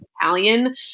Italian